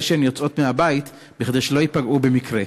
שהן יוצאות מהבית כדי שלא ייפגעו במקרה,